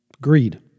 Greed